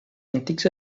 antics